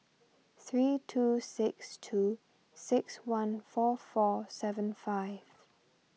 three two six two six one four four seven five